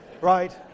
right